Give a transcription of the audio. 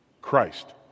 Christ